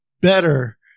better